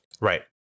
Right